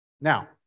Now